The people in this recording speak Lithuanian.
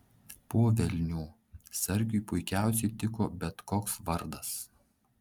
po velnių sargiui puikiausiai tiko bet koks vardas